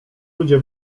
ludzie